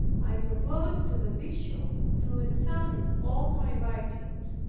i proposed to the bishop to examine all my writings,